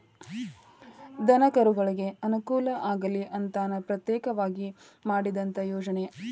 ದನಕರುಗಳಿಗೆ ಅನುಕೂಲ ಆಗಲಿ ಅಂತನ ಪ್ರತ್ಯೇಕವಾಗಿ ಮಾಡಿದಂತ ಯೋಜನೆ